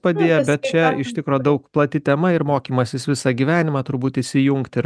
padėję bet čia iš tikro daug plati tema ir mokymąsis visą gyvenimą turbūt įsijungti ir